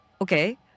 okay